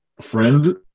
friend